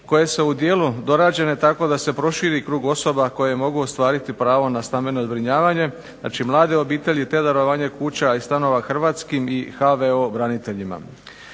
koje su u dijelu dorađene tako da se proširi krug osoba koje mogu ostvariti pravo na stambeno zbrinjavanje, znači mlade obitelji, te darovanje kuća i stanova hrvatskim i HVO braniteljima.